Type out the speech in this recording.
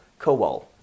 Kowal